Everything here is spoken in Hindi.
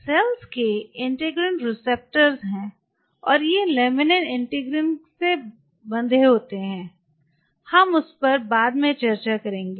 सेल्स के इंटीग्रिन रिसेप्टर्स हैं और ये लेमिनिन इंटीग्रिन से बंधे होते हैं हम उस पर बाद में चर्चा करेंगे